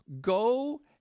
Go